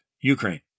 Ukraine